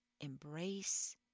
embrace